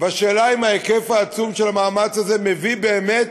והשאלה אם ההיקף העצום של המאמץ הזה מביא באמת